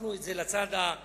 הפכנו את זה לצד הקיצוני,